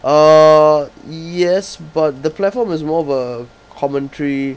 uh yes but the platform is more of a commentary